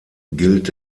gilt